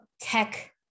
tech